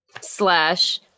slash